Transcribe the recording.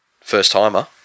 first-timer